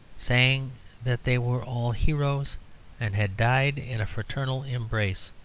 saying that they were all heroes and had died in a fraternal embrace.